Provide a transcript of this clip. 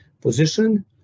position